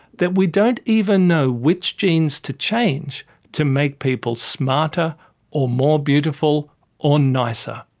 that we don't even know which genes to change to make people smarter or more beautiful or nicer.